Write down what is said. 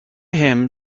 him